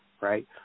right